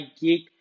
Geek